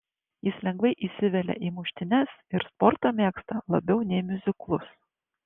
jis lengvai įsivelia į muštynes ir sportą mėgsta labiau nei miuziklus